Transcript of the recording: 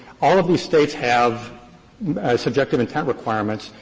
all of these states have a subjective intent requirements,